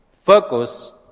focus